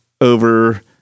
over